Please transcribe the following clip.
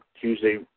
Tuesday